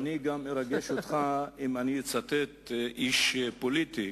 אני מקווה שאני ארגש אותך אם אצטט איש פוליטי